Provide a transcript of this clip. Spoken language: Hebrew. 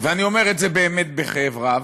ואני אומר את זה באמת בכאב רב.